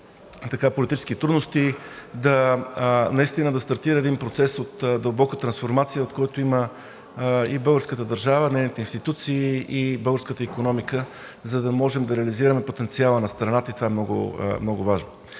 политически трудности, наистина да стартира един процес на дълбока трансформация, от който имат нужда българската държава, нейните институции и българската икономика, за да можем да реализираме потенциала на страната, и това е много важно.